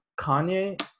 Kanye